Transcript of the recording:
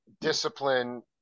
discipline